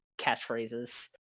catchphrases